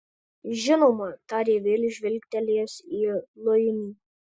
žinoma tarė vėl žvilgtelėjęs į luinį